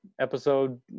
episode